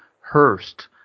Hurst